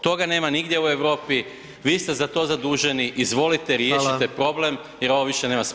Toga nema nigdje u Europi, vi ste za to zaduženi, izvolite riješite problem jer ovo više nema smisla.